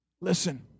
Listen